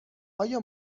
آیا